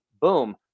boom